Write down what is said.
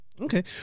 Okay